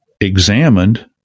examined